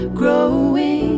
growing